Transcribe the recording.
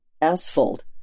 asphalt